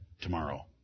tomorrow